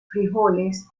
frijoles